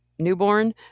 newborn